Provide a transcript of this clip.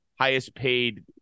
highest-paid